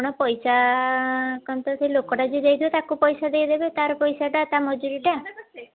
ଆପଣ ପଇସା କଣ ପାଇଁ ସେ ଲୋକଟା ଯିଏ ଯାଇଥିବ ତାକୁ ଦେଇଦେବେ ତା'ର ପାଇସାଟା ତା ମଜୁରିଟା